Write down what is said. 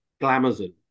glamazon